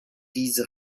diese